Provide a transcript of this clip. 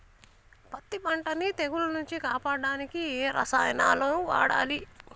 పత్తి పంటని తెగుల నుంచి కాపాడడానికి ఏ రసాయనాలను వాడాలి?